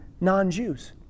non-Jews